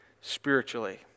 spiritually